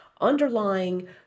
Underlying